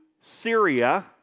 Syria